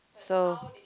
so